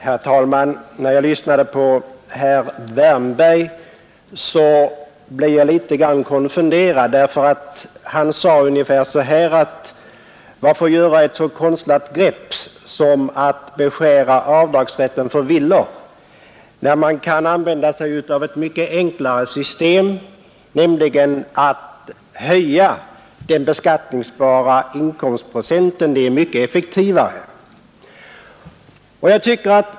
Herr talman! När jag lyssnade på herr Wärnberg blev jag litet konfunderad. Han sade bl.a. så här: Varför göra ett så konstlat grepp som att beskära avdragsrätten för skuldräntor i villor, då man kan använda sig av ett mycket enklare system, nämligen att höja den beskattningsbara inkomstprocenten? Det är mycket effektivare.